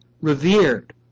revered